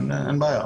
אין בעיה,